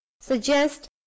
suggest